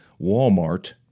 Walmart